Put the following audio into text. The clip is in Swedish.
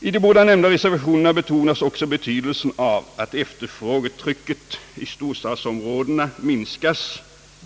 I de båda nämnda reservationerna betonas också betydelsen av att efterfrågetrycket i storstadsområdena minskas